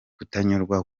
kutanyurwa